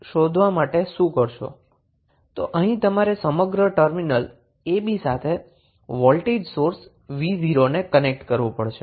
તો અહીં તમારે સમગ્ર ટર્મિનલ ab સાથે વોલ્ટેજ સોર્સ 𝑣0 ને કનેક્ટ કરવું પડશે